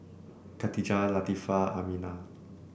Katijah Latifa Aminah